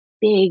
big